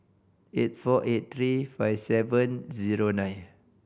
eight four eight three five seven zero nine